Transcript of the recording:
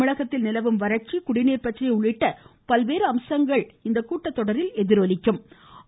தமிழகத்தில் நிலவும் வறட்சி குடிநீர் பிரச்சினை உள்ளிட்ட பல்வேறு அம்சங்கள் இந்த கூட்டத்தொடரில் எதிரொலிக்கும் என தெரிகிறது